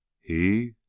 He